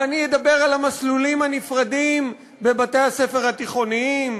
ואני אדבר על המסלולים הנפרדים בבתי-הספר התיכוניים.